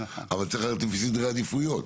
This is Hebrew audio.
אבל צריך שיהיו סדרי עדיפויות.